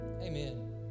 Amen